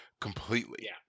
completely